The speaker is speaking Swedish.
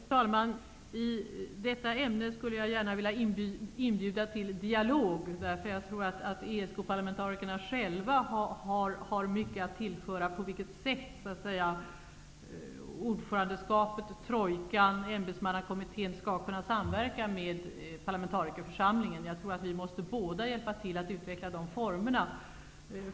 Fru talman! I detta ämne skulle jag gärna vilja inbjuda till dialog. Jag tror att ESK parlamentarikerna själva har mycket att tillföra när det gäller på vilket sätt ordförandeskapet, Trojkan och ämbetsmannakommittén skall kunna samverka med parlamentarikerförsamlingen. Jag tror att båda måste hjälpa till att utveckla formerna.